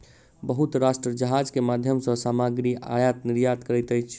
बहुत राष्ट्र जहाज के माध्यम सॅ सामग्री आयत निर्यात करैत अछि